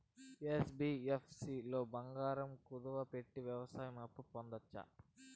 NBFC లో బంగారం కుదువు పెట్టి వ్యవసాయ అప్పు పొందొచ్చా?